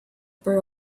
pair